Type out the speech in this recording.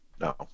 no